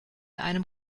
einem